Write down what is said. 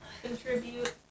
Contribute